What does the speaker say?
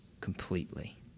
completely